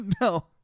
No